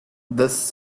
this